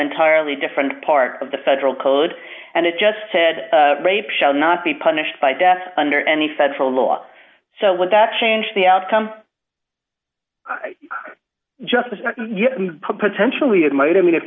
entirely different part of the federal code and it just said rape shall not be punished by death under any federal law so what that changed the outcome just potentially it might i mean if